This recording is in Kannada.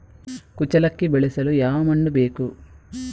ಕುಚ್ಚಲಕ್ಕಿ ಬೆಳೆಸಲು ಯಾವ ಮಣ್ಣು ಬೇಕು?